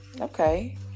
okay